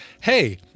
Hey